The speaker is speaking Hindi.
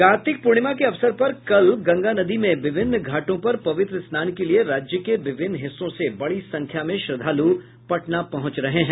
कार्तिक पूर्णिमा के अवसर पर कल गंगा नदी में विभिन्न घाटों पर पवित्र स्नान के लिये राज्य के विभिन्न हिस्सों से बड़ी संख्या में श्रद्धालु पटना पहुंच रहे हैं